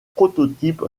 prototype